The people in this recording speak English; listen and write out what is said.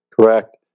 Correct